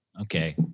Okay